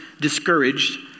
discouraged